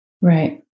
Right